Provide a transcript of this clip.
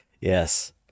Yes